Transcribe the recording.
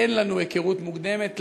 אין לנו היכרות מוקדמת,